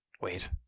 wait